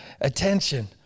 attention